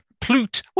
Plut